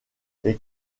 les